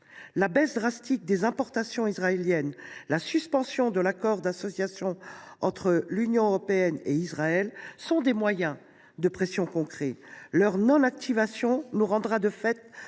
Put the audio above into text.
La baisse drastique des importations israéliennes, la suspension de l’accord d’association entre l’Union européenne et Israël sont des moyens de pression concrets. Leur non activation nous rendra, de fait,